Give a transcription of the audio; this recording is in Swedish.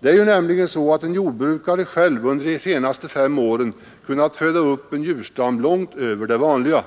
Det är nämligen så, att en jordbrukare själv under de senaste fem åren kunnat föda upp en djurstam långt över det vanliga,